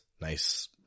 nice